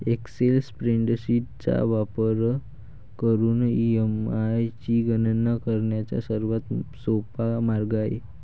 Excel spreadsheet चा वापर करून ई.एम.आय ची गणना करण्याचा सर्वात सोपा मार्ग आहे